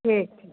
ठीक